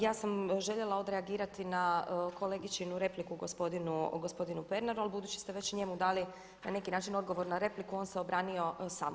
Ja sam željela odreagirati na kolegičinu repliku gospodinu Pernaru ali budući ste već njemu dali na neki način odgovor na repliku on se obranio sam.